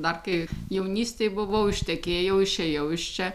dar kai jaunystėj buvau ištekėjau išėjau iš čia